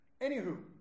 Anywho